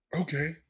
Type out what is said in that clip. Okay